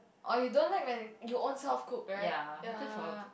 oh you don't like when it you own self cook right ya